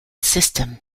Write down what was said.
system